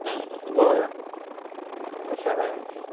बरें कशें